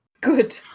Good